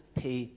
pay